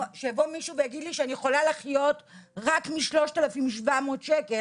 שיבוא מישהו ויגיד לי שאני יכולה לחיות רק מ-3,700 ₪,